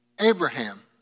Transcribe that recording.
Abraham